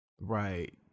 Right